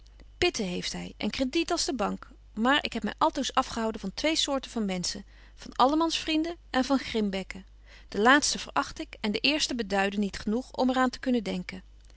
heeft hy en crediet als de bank maar ik heb my altoos afgehouden van twee soorten van menschen van allemansvrienden en van grimbekken de laatsten veracht ik en de eersten beduiden niet genoeg om er aan te kunnen denken